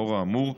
לאור האמור,